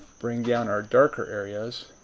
bring down our darker areas